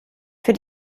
für